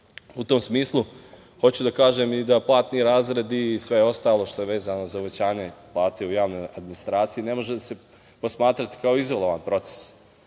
takođe čeka. Hoću da kažem da platni razredi i sve ostalo što je vezano za uvećanje plata u javnoj administraciji ne može se posmatrati kao izolovan proces.